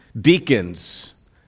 deacons